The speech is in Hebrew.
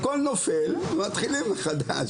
הכל נופל ומתחילים מחדש.